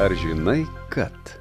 ar žinai kad